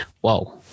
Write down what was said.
whoa